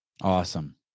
Awesome